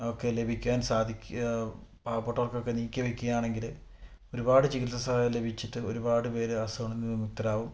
ഒക്കെ ലഭിക്കാൻ സാധിക്കും പാവപ്പെട്ടവർക്കൊക്കെ നീക്കി വെക്കുകയാണെങ്കിൽ ഒരുപാട് ചികിത്സ സഹായം ലഭിച്ചിട്ട് ഒരുപാട് പേര് അസുഖത്തിൽ നിന്ന് വിമുക്തരാവും വിമുക്തരാവും